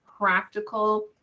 practical